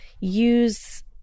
use